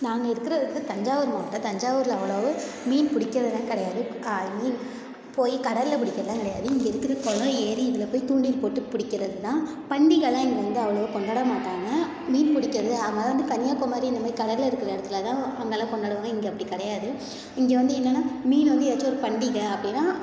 நாங்கள் இருக்கிறது வந்து தஞ்சாவூர் மாவட்டம் தஞ்சாவூரில் அவ்வளவு மீன் பிடிக்கிறதுலாம் கிடையாது ஐ மீன் போய் கடலில் பிடிக்கிறதுலாம் கிடையாது இங்கே இருக்கிற குளம் ஏரி இதில் போய் தூண்டில் போட்டு பிடிக்கிறது தான் பண்டிகலாம் இங்கே வந்து அவ்வளோவா கொண்டாட மாட்டாங்க மீன் பிடிக்கிறது அது மாதிரிலாம் வந்து கன்னியாகுமரி இந்த மாதிரி கடல் இருக்கிற இடத்துல தான் அங்கெல்லாம் கொண்டாடுவாங்க இங்கே அப்படி கிடையாது இங்கே வந்து என்னென்னா மீன் வந்து எதாச்சும் ஒரு பண்டிகை அப்படின்னா